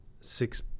six